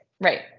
right